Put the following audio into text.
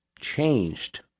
changed